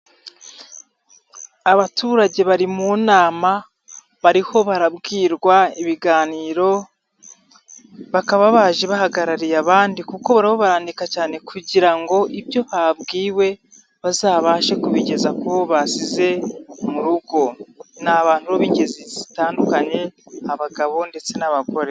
Abaturage bari mu nama, bariho barabwirwa ibiganiro, bakaba baje bahagarariye abandi kuko ho barandi cyane kugira ngo ibyo babwiwe bazabashe kubigeza ku basize mu rugo. Ni abantu b'ingeri zitandukanye, abagabo ndetse n'abagore.